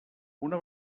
una